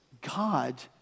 God